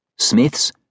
Smiths